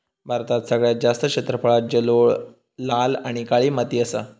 भारतात सगळ्यात जास्त क्षेत्रफळांत जलोळ, लाल आणि काळी माती असा